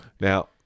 Now